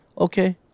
okay